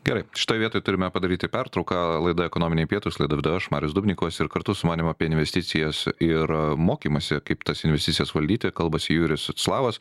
gerai šitoj vietoj turime padaryti pertrauką laida ekonominiai pietūs laidą vedu aš marius dubnikovas ir kartu su manim apie investicijas ir mokymąsi kaip tas investicijas valdyti kalbasi jurijus slavas